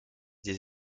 des